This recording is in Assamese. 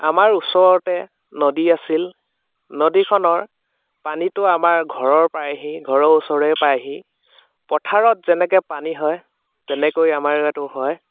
আমাৰ ওচৰতে নদী আছিল নদীখনৰ পানীটো আমাৰ ঘৰৰ পায়হি ঘৰৰ ওচৰে পায়হি পথাৰত যেনেকৈ পানী হয় তেনেকৈ আমাৰ ইয়াতো হয়